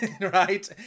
right